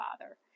father